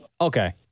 Okay